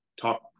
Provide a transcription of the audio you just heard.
talk